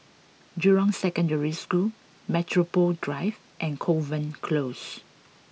Jurong Secondary School Metropole Drive and Kovan Close